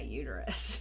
uterus